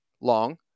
Long